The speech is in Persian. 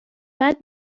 بعد